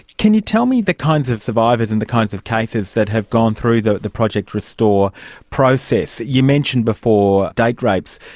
can you tell me the kinds of survivors and the kinds of cases that have gone through the the project restore process? you mentioned before date-rapes,